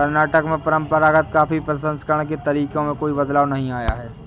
कर्नाटक में परंपरागत कॉफी प्रसंस्करण के तरीके में कोई बदलाव नहीं आया है